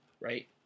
right